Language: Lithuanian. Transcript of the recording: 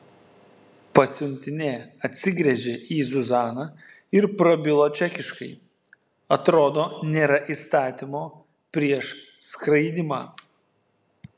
pasiuntinė atsigręžė į zuzaną ir prabilo čekiškai atrodo nėra įstatymo prieš skraidymą